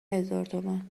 هزارتومان